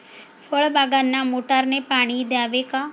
फळबागांना मोटारने पाणी द्यावे का?